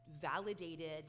validated